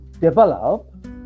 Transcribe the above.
develop